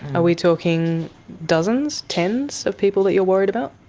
are we talking dozens, tens of people that you're worried about?